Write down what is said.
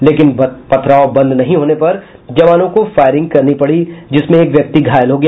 लेकिन पथराव बंद नहीं होने पर जवानों को फायरिंग करनी पडी जिसमें एक व्यक्ति घायल हो गया